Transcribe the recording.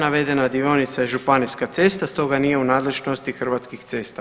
Navedena dionica je županijska cesta, stoga nije u nadležnosti Hrvatskih cesta.